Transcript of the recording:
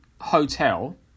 hotel